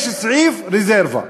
יש סעיף רזרבה: